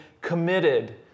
committed